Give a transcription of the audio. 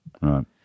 right